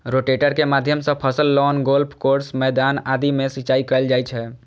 rotator के माध्यम सं फसल, लॉन, गोल्फ कोर्स, मैदान आदि मे सिंचाइ कैल जाइ छै